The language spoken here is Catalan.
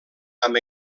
amb